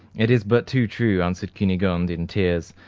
it is but too true, answered cunegonde, in tears.